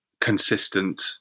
consistent